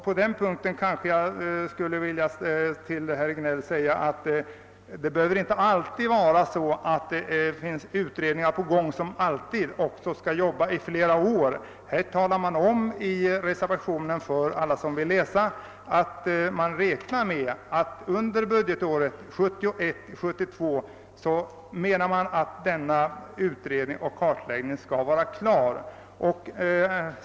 På den punkten vill jag säga till herr Regnéll att det inte alltid behöver sitta utredningar som arbetar i flera år. I reservationen anföres att man räknar med att denna utredning och kartläggning skall vara klar under budgetåret 1971/72.